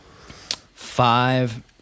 five